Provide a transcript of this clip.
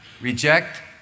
reject